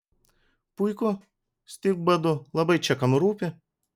puiku stipk badu labai čia kam rūpi